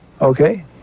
Okay